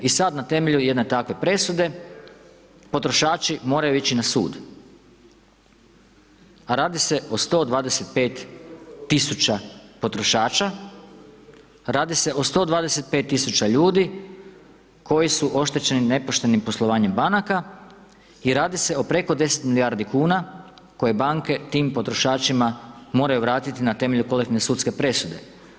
I sad na temelju jedne takve presude potrošači moraju ići na sud, a radi se o 125.000 potrošača, radi se o 125.000 ljudi koji su oštećeni nepoštenim poslovanjem banaka i radi se o preko 10 milijardi kuna koje banke tim potrošačima moraju vratiti na temelju kolektivne sudske presude.